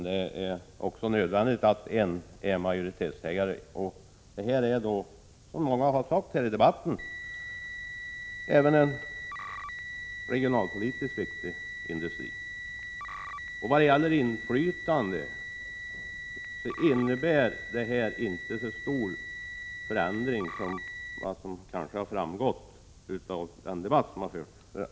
Det är också nödvändigt att ha en majoritetsägare i denna regionalpolitiskt så viktiga industri, vilket många också har sagt i debatten. I vad gäller ägarinflytandet innebär förslaget inte en så stor förändring som det kan verka av den debatt som förts.